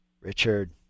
Richard